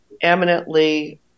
eminently